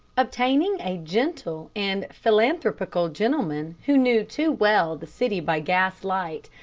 obtaining a gentle and philanthropical gentleman who knew too well the city by gas-light,